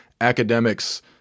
academics